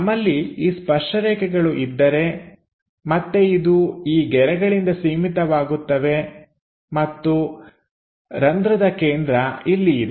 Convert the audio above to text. ನಮ್ಮಲ್ಲಿ ಈ ಸ್ಪರ್ಶರೇಖೆಗಳು ಇದ್ದರೆ ಮತ್ತೆ ಇದು ಈ ಗೆರೆಗಳಿಂದ ಸೀಮಿತವಾಗುತ್ತದೆ ಮತ್ತು ತೂತಿನ ಕೇಂದ್ರ ಇಲ್ಲಿ ಇದೆ